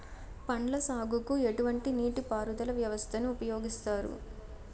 పండ్ల సాగుకు ఎటువంటి నీటి పారుదల వ్యవస్థను ఉపయోగిస్తారు?